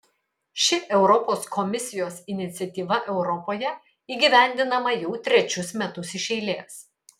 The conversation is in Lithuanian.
ši europos komisijos iniciatyva europoje įgyvendinama jau trečius metus iš eilės